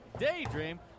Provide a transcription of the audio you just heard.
daydream